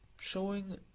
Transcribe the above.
SHOWING